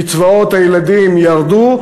קצבאות הילדים ירדו,